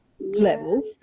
levels